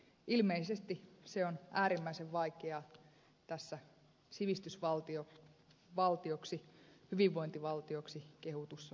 ilmeisesti se on äärimmäisen vaikeaa tässä sivistysvaltioksi hyvinvointivaltioksi kehutussa suomessa